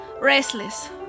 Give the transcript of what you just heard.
Restless